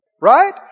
Right